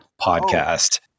podcast